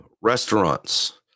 Restaurants